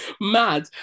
mad